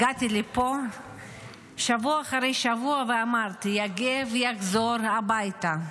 הגעתי לפה שבוע אחרי שבוע ואמרתי: יגב יחזור הביתה.